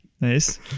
Nice